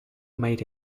made